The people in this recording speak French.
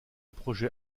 projet